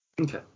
Okay